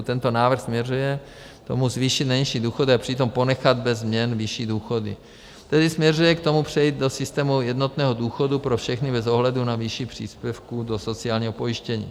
Tento návrh směřuje k tomu, zvýšit nejnižší důchody a přitom ponechat beze změn vyšší důchody, tedy směřuje k tomu, přejít do systému jednotného důchodu pro všechny bez ohledu na výši příspěvku do sociálního pojištění.